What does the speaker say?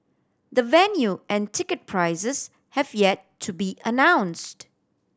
the venue and ticket prices have yet to be announced